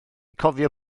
cofio